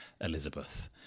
Elizabeth